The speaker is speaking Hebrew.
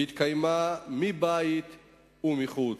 התקיימה מבית ומחוץ.